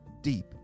deep